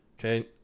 Okay